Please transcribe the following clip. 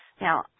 Now